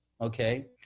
Okay